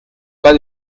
pas